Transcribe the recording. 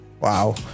Wow